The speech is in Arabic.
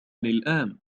الآن